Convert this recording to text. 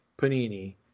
Panini